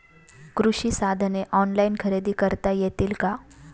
कृषी साधने ऑनलाइन खरेदी करता येतील का?